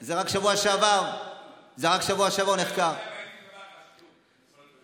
זה נחקר רק בשבוע שעבר.